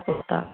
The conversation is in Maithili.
ओ ताख